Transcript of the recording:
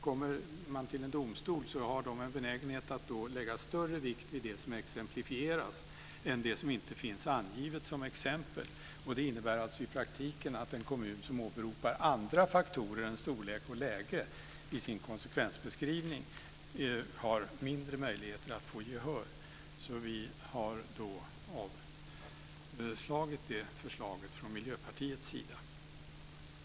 Kommer man till en domstol har den en benägenhet att lägga större vikt vid det som exemplifieras än det som inte finns angivet som exempel. Det innebär i praktiken att en kommun som åberopar andra faktorer än storlek och läge i sin konsekvensbeskrivning har mindre möjligheter att få gehör. Vi från Miljöpartiet har därför avstyrkt detta förslag.